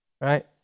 right